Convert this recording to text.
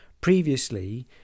Previously